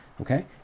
Okay